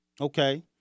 Okay